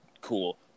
Cool